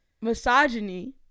misogyny